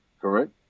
correct